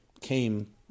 came